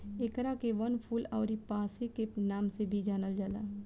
एकरा के वनफूल अउरी पांसे के नाम से भी जानल जाला